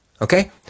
okay